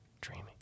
Dreaming